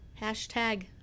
Hashtag